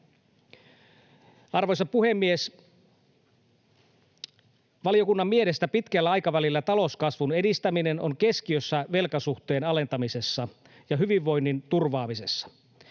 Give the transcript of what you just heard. Arvoisa puhemies! Valiokunnan mielestä pitkällä aikavälillä talouskasvun edistäminen on keskiössä velkasuhteen alentamisessa ja hyvinvoinnin turvaamisessa.